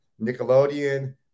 Nickelodeon